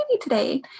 today